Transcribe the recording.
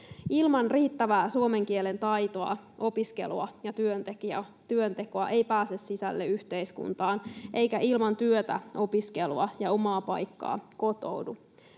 Ilman riittävää suomen kielen taitoa, opiskelua ja työntekoa ei pääse sisälle yhteiskuntaan, eikä ilman työtä, opiskelua ja omaa paikkaa kotoudu.